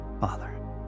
Father